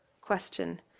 question